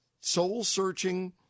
soul-searching